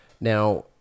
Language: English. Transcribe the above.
Now